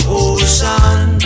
ocean